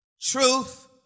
Truth